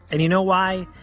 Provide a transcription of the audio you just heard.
and you know why?